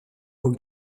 aux